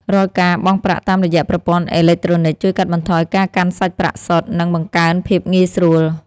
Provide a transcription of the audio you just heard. រាល់ការបង់ប្រាក់តាមរយៈប្រព័ន្ធអេឡិចត្រូនិកជួយកាត់បន្ថយការកាន់សាច់ប្រាក់សុទ្ធ និងបង្កើនភាពងាយស្រួល។